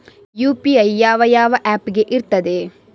UPI ಯಾವ ಯಾವ app ಗೆ ಇರ್ತದೆ?